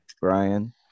Brian